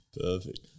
Perfect